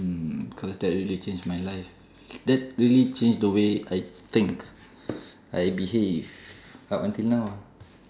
mm cause that really changed my life that really changed the way I think I behave up until now lah